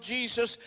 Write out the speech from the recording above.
Jesus